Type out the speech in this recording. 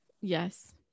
yes